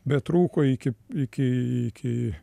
betrūko iki iki iki